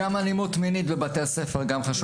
אלימות מינית בבתי הספר, זה גם חשוב.